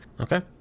Okay